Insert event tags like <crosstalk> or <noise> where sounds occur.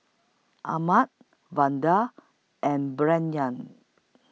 Ahmad Vander and <unintelligible>